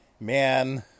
man